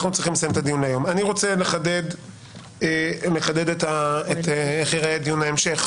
אני רוצה לחדד איך ייראה דיון ההמשך